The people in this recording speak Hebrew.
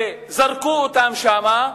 וזרקו אותם שם,